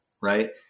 right